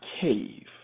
cave